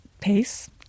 pace